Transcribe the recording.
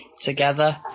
together